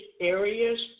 areas